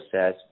says